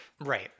Right